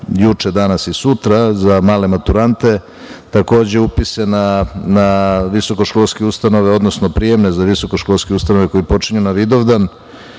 juče, danas i sutra za male maturante, takođe upise na visokoškolske ustanove, odnosno prijemne za visokoškolske ustanove koji počinju na Vidovdan